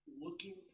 looking